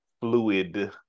fluid